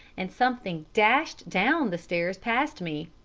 and something dashed down the stairs past me.